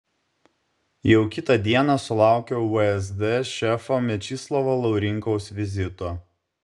jau kitą dieną sulaukiau vsd šefo mečislovo laurinkaus vizito